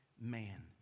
man